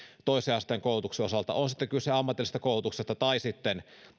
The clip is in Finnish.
toisen asteen koulutuksen osalta on sitten kyse ammatillisesta koulutuksesta tai sitten